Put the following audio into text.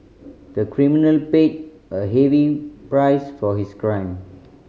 the criminal paid a heavy price for his crime